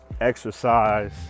exercise